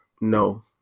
no